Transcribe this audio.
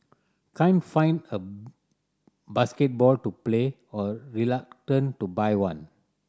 can't find a basketball to play or reluctant to buy one